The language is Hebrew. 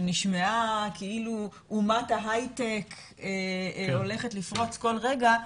שנשמעה כאילו אומת ההייטק הולכת לפרוץ כל רגע,